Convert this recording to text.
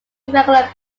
regular